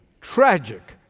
Tragic